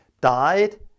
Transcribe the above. Died